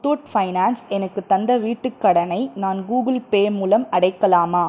Muthoot finance எனக்கு தந்த வீட்டுக் கடனை நான் கூகிள்பே மூலம் அடைக்கலாமா